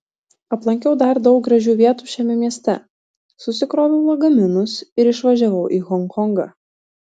aplankiau dar daug gražių vietų šiame mieste susikroviau lagaminus ir išvažiavau į honkongą